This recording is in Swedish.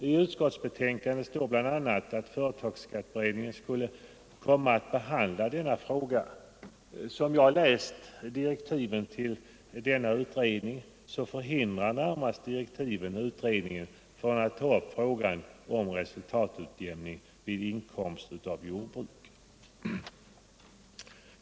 I utskottsbetänkandet står bl.a. att företagsskatteberedningen kommer att behandla denna fråga. Som jag har läst direktiven till denna beredning så förhindrar närmast direktiven beredningen från att ta upp frågan om resultatutjämning vid inkomst av jordbruk.